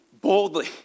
Boldly